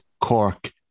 Cork